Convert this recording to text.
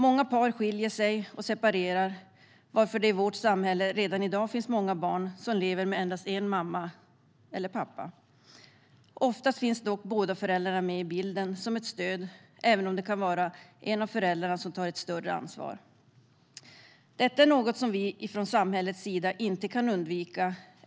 Många par skiljer sig eller separerar, varför det i vårt samhälle redan i dag finns många barn som lever med endast en mamma eller en pappa. Ofta finns dock båda föräldrarna med i bilden som ett stöd, även om det kan vara en av föräldrarna som tar ett större ansvar. Detta är något vi från samhällets sida inte kan undvika.